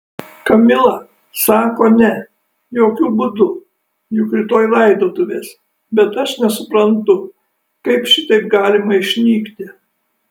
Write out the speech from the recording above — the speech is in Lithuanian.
kamila sako ne jokiu būdu juk rytoj laidotuvės bet aš nesuprantu kaip šitaip galima išnykti